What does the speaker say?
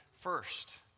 first